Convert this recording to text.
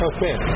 Okay